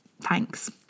thanks